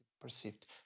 perceived